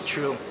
True